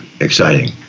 exciting